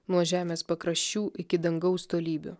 nuo žemės pakraščių iki dangaus tolybių